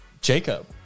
jacob